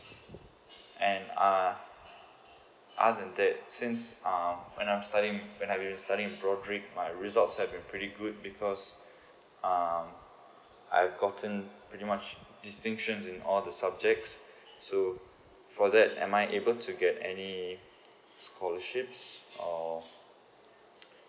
and uh other than that since um when I'm study in when I've been studying in broadrick my results have been pretty good because um I've gotten pretty much distinctions in all the subjects so for that am I able to get any scholarship or